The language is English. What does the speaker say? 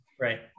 Right